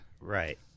Right